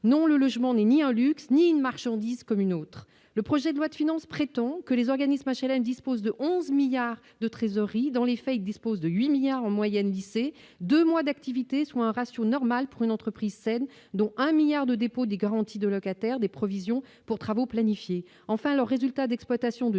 non le logement n'est ni un luxe ni une marchandise comme une autre, le projet de loi de finances, prétend que les organismes HLM, dispose de 11 milliards de trésorerie dans les feuilles, dispose de 8 milliards en moyenne 10 et 2 mois d'activité, soit un ratio normal pour une entreprise saine, dont un 1000000000 de dépôt des garanties de locataires des provisions pour travaux planifiés, enfin, le résultat d'exploitation de